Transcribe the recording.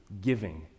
giving